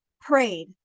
prayed